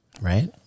right